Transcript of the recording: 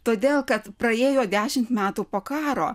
todėl kad praėjo dešimt metų po karo